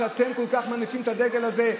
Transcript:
אתם כל כך מניפים את הדגל הזה,